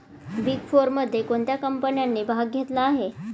Big फोरमध्ये कोणत्या कंपन्यांनी भाग घेतला आहे?